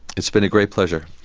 it's been a great pleasure.